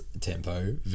Tempo